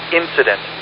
incident